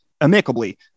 amicably